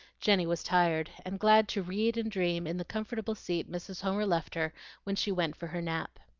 jenny was tired, and glad to read and dream in the comfortable seat mrs. homer left her when she went for her nap.